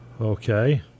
Okay